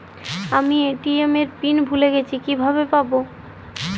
আমি এ.টি.এম এর পিন ভুলে গেছি কিভাবে পাবো?